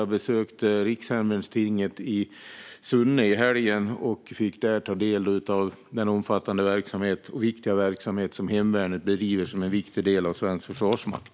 Jag besökte också rikshemvärnstinget i Sunne i helgen och fick där ta del av den omfattande och viktiga verksamhet som hemvärnet bedriver som en viktig del av svensk försvarsmakt.